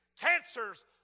cancers